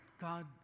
God